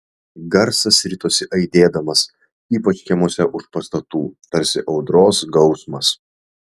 garsas ritosi aidėdamas ypač kiemuose už pastatų tarsi audros gausmas